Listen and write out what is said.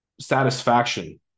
satisfaction